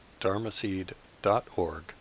dharmaseed.org